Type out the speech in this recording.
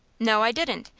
no, i didn't.